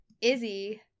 Izzy